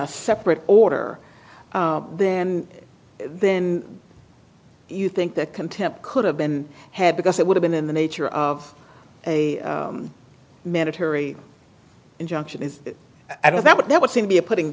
a separate order then then you think that contempt could have been had because it would have been in the nature of a mandatory injunction is i don't know but that would seem to be a putting